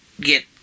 get